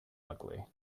ugly